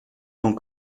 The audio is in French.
tant